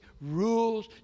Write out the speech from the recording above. rules